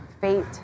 fate